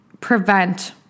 prevent